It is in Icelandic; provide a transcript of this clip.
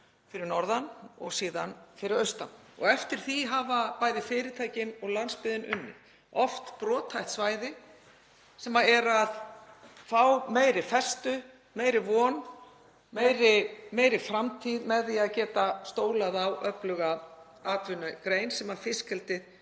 fyrir norðan og síðan fyrir austan. Eftir því hafa bæði fyrirtækin og landsbyggðin unnið, oft brothætt svæði sem eru að fá meiri festu, meiri von, meiri framtíð, með því að geta stólað á öfluga atvinnugrein sem fiskeldið